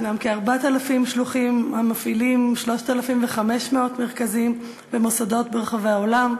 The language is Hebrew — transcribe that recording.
יש כ-4,000 שלוחים המפעילים 3,500 מרכזים ומוסדות ברחבי העולם.